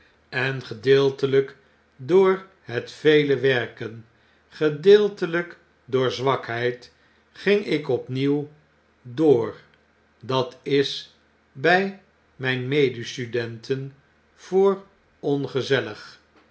en gedeeltelyk door het vele vrerken gedeeltelyk door zwakheid ging ik opnieuw door dat is by mijn medestudenten voor ongezellig